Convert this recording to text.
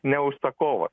ne užsakovas